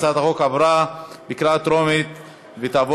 הצעת החוק התקבלה בקריאה טרומית ותועבר